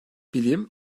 bilim